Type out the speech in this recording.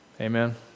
Amen